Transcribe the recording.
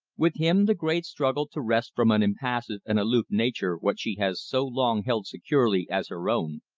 with him the great struggle to wrest from an impassive and aloof nature what she has so long held securely as her own,